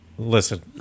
Listen